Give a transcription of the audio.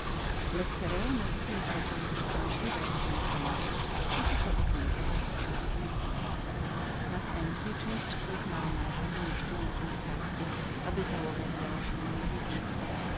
burzą natychmiast nasz patron zaczął coś przemyśliwać o tym okręcie i tuż obok niego zarzucił kotwicę następnie połowę swoich majtków umieścił na dnie statku aby osada wydała się mniej liczną